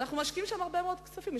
אנחנו משקיעים שם הרבה מאוד כספים.